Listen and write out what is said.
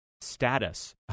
status